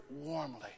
warmly